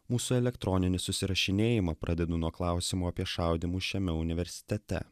mūsų elektroninį susirašinėjimą pradedu nuo klausimo apie šaudymus šiame universitete